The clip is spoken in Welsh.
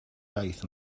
iaith